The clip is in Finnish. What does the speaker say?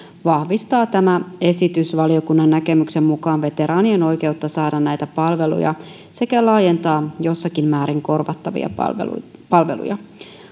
vahvistaa tämä esitys valiokunnan näkemyksen mukaan veteraanien oikeutta saada näitä palveluja sekä laajentaa jossakin määrin korvattavia palveluja palveluja